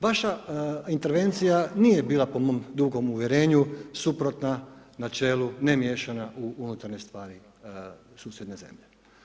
Vaša intervencija nije bila po mom dugom uvjerenju suprotna načelu ne miješanja u unutarnje stvari susjedne zemlje.